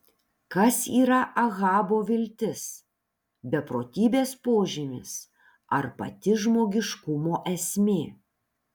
kas yra ahabo viltis beprotybės požymis ar pati žmogiškumo esmė